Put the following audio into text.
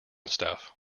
stuff